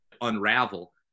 unravel